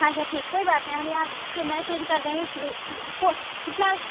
हाँ अच्छा ठीक कोई बात नहीं हम यहाँ से मैसेज कर देंगे कि को कितना